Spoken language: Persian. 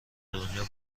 دنیا